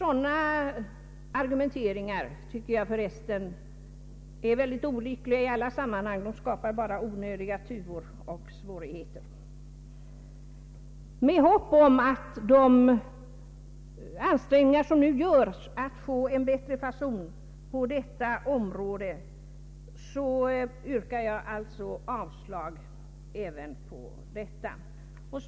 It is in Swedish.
Sådana argumenteringar tycker jag för resten är olyckliga i alla sammanhang. De skapar bara extra tuvor och onödiga svårigheter. Med hopp om att de ansträngningar som nu görs att förbättra förhållandena på detta område skall leda till resultat yrkar jag alltså avslag även på detta förslag.